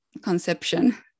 conception